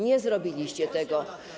Nie zrobiliście tego.